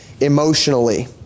emotionally